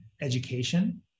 education